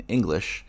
English